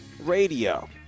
Radio